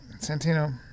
Santino